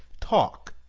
talk,